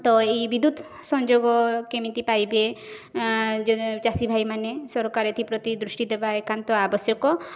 ତ ଏଇ ବିଦ୍ୟୁତ୍ ସଂଯୋଗ କେମିତି ପାଇବେ ଚାଷୀଭାଇ ମାନେ ସରକାର ଏଥିପ୍ରତି ଦୃଷ୍ଟିଦେବା ଏକାନ୍ତ ଆବଶ୍ୟକ